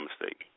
mistake